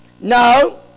No